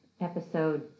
episode